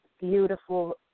beautiful